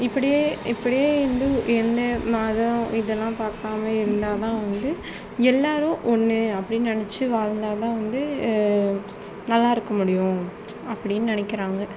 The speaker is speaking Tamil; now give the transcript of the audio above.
இப்படியே இப்படியே இந்து எந்த மதம் இதெலாம் பார்க்காம இருந்தால் தான் வந்து எல்லாரும் ஒன்று அப்படினு நினைச்சு வாழ்ந்தால் தான் வந்து நல்லா இருக்க முடியும் அப்படினு நினைக்கிறாங்க